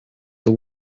the